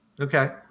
Okay